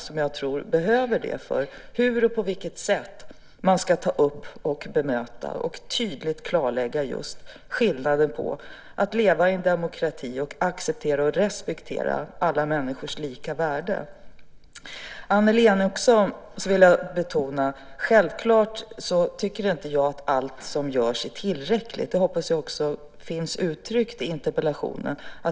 Jag tror att de behöver det angående hur och på vilket sätt de tydligt ska klarlägga hur det är att leva i en demokrati, att acceptera och respektera alla människors lika värde. För Annelie Enochson vill jag betona att jag självklart inte tycker att allt som görs är tillräckligt. Det hoppas jag också finns uttryckt i svaret på interpellationen.